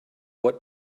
what